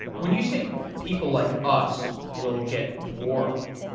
when you say people like us will get dwarfed,